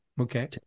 Okay